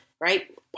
right